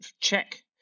check